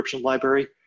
Library